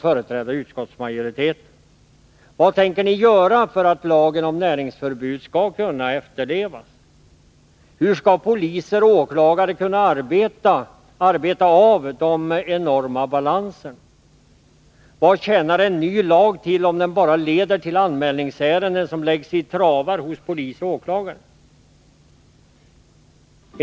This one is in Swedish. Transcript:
Hur skall poliser och åklagare kunna arbeta av de enorma balanserna? Vad tjänar en ny lag till, om den bara leder till anmälningsärenden, som läggs i travar hos polisen och åklagarna?